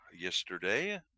yesterday